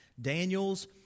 Daniel's